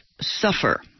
suffer